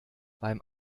beim